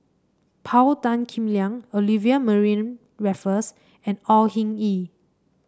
Paul Tan Kim Liang Olivia Mariamne Raffles and Au Hing Yee